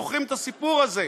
כולנו זוכרים את הסיפור הזה.